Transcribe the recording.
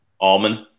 almond